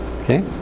okay